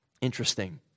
Interesting